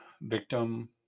victim